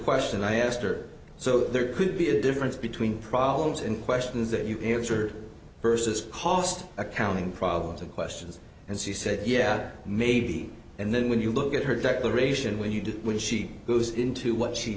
question i asked her so there could be a difference between problems and questions that you can answer versus cost accounting problems and questions and she said yeah maybe and then when you look at her declaration when you do when she goes into what she